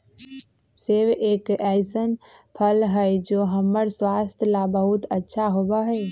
सेब एक ऐसन फल हई जो हम्मर स्वास्थ्य ला बहुत अच्छा होबा हई